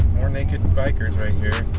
you're naked bikers right there